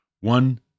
One